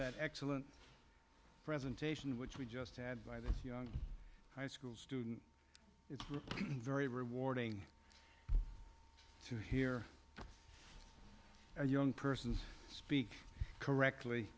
that excellent presentation which we just had by the high school student it's very rewarding to hear a young person speak correctly